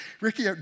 Ricky